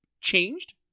changed